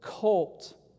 cult